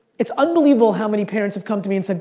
it's unbelievable how many parents have come to me and said,